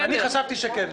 אני חשבתי שכן.